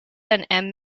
and